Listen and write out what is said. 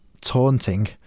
taunting